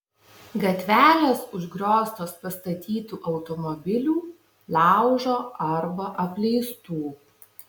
gatvelės užgrioztos pastatytų automobilių laužo arba apleistų